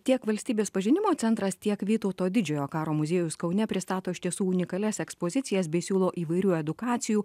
tiek valstybės pažinimo centras tiek vytauto didžiojo karo muziejus kaune pristato iš tiesų unikalias ekspozicijas bei siūlo įvairių edukacijų